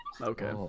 Okay